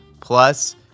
Plus